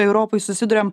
europoj susiduriame